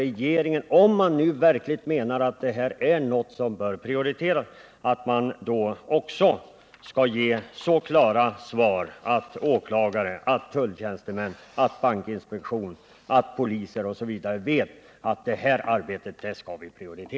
Regeringen bör, om den nu verkligen menar att ett visst arbete skall prioriteras, också ge så klara besked att åklagare, tulltjänstemän, bankinspektion, poliser m.fl. blir medvetna om att så skall ske.